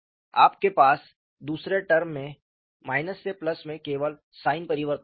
आपके पास दूसरे टर्म में से में केवल साइन परिवर्तन होता है